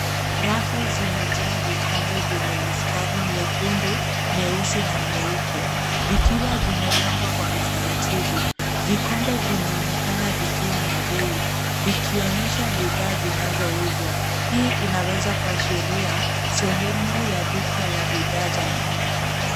Rafu zimejaa vikombe vyenye mistari miekundu, mieusi na mieupe, vikiwa vimepangwa kwa utaratibu. Vikombe vimeonekana vikiwa na bei, vikionyesha bidhaa zinazouzwa, hii inaweza kuashiria sehemu ya duka la bidhaa za nyumba.